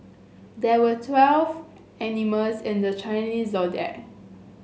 there were twelve animals in the Chinese Zodiac